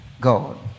God